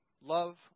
Love